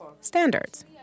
standards